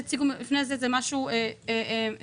פה בדברי ההסבר של החוק,